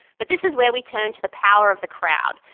but this is where we turn to the power of the crowd,